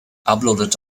uploaded